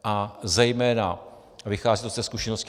A zejména to vychází ze zkušenosti.